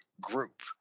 group